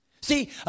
See